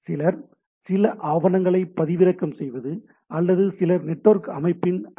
சிலர் சில ஆவணங்களை பதிவிறக்கம் செய்வது அல்லது சிலர் நெட்வொர்க் அமைப்பின் ஐ